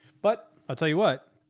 but i'll tell you what,